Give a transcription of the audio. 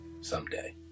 someday